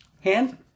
Hand